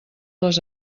les